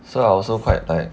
so I also quite like